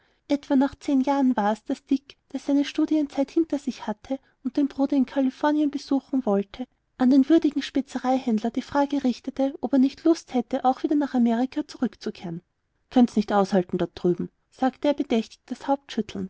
etwa nach zehn jahren war's daß dick der seine studienzeit hinter sich hatte und den bruder in kalifornien besuchen wollte an den würdigen spezereikrämer die frage richtete ob er nicht lust hätte auch wieder nach amerika zurückzukehren könnt's nicht aushalten dort drüben sagte er bedächtig das